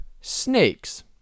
snakes